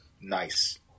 nice